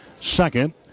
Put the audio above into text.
second